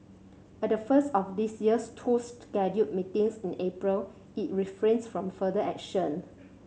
at the first of this year's two scheduled meetings in April it refrained from further action